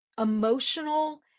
emotional